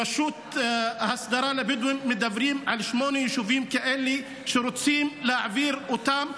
ברשות ההסדרה לבדואים מדברים על שמונה יישובים כאלה שרוצים להעביר אותם.